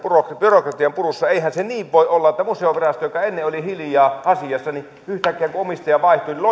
byrokratian purussa eihän se niin voi olla että museovirasto joka ennen oli hiljaa asiassa yhtäkkiä kun omistaja vaihtuu